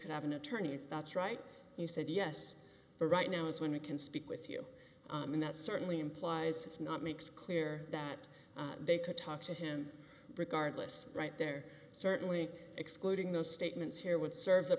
to have an attorney if that's right you said yes right now is when we can speak with you and that certainly implies if not makes clear that they could talk to him regardless right there certainly excluding those statements here would serve the